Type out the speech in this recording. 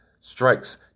strikes